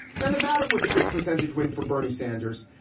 nevada was a big percentage win for bernie sanders,